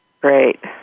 great